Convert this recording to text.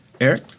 Eric